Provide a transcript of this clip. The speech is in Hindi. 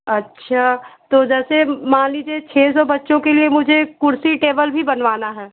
अच्छा तो जैसे मान लीजिए छः सौ बच्चों के लिए मुझे कुर्सी टेबल भी बनवाना है